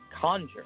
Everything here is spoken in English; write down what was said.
conjure